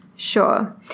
Sure